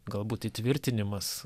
galbūt įtvirtinimas